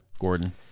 Gordon